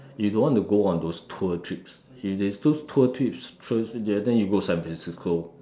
you don't want to go on those tour trips if is those tour trips tours then you go San-Francisco